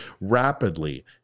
rapidly